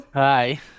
Hi